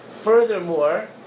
Furthermore